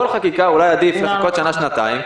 בכל חקיקה אולי עדיף לחכות שנה-שנתיים,